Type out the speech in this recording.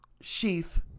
sheath